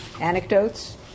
Anecdotes